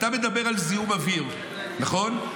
אתה מדבר על זיהום אוויר, נכון?